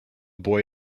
boy